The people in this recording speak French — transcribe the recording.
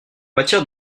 matière